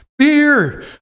beer